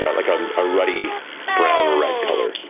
yeah like um a ruddy brown red color.